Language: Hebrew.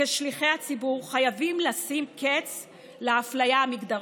כשליחי הציבור, חייבים לשים קץ לאפליה המגדרית.